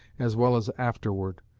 as well as afterward.